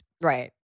Right